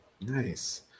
Nice